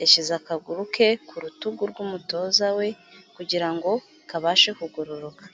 Yashyize akaguru ke ku rutugu rw'umutoza we kugira ngo kabashe kugororoka.